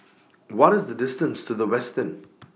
What IS The distance to The Westin